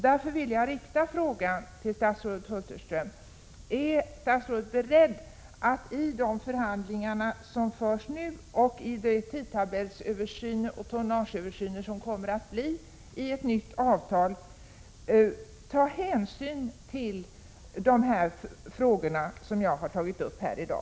Därför vill jag fråga statsrådet Hulterström: Är statsrådet beredd att i de förhandlingar som förs nu och i den tidtabellsoch tonnageöversyn som kommer att göras i samband med ett nytt avtal ta hänsyn till de frågor som jag har tagit upp här i dag?